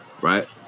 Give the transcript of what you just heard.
right